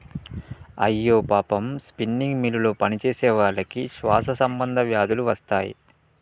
అయ్యో పాపం స్పిన్నింగ్ మిల్లులో పనిచేసేవాళ్ళకి శ్వాస సంబంధ వ్యాధులు వస్తాయి